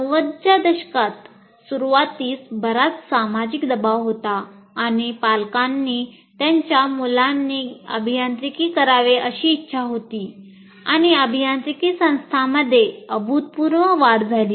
90 च्या दशकाच्या सुरुवातीस बराच सामाजिक दबाव होता आणि पालकांनी त्यांच्या मुलांनी अभियांत्रिकी करावे अशी इच्छा होती आणि अभियांत्रिकी संस्थांमध्ये अभूतपूर्व वाढ झाली